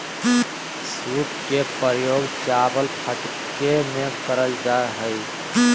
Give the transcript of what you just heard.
सूप के प्रयोग चावल फटके में करल जा हइ